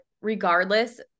regardless